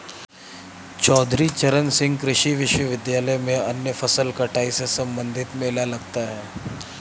चौधरी चरण सिंह कृषि विश्वविद्यालय में अन्य फसल कटाई से संबंधित मेला लगता है